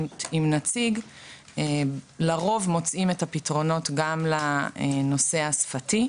עם נציג לרוב מוצאים את הפתרונות גם לנושא השפתי,